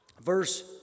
verse